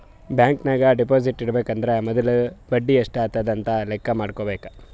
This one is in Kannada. ಬ್ಯಾಂಕ್ ನಾಗ್ ಡೆಪೋಸಿಟ್ ಇಡಬೇಕ ಅಂದುರ್ ಮೊದುಲ ಬಡಿ ಎಸ್ಟ್ ಆತುದ್ ಅಂತ್ ಲೆಕ್ಕಾ ಮಾಡ್ಕೋಬೇಕ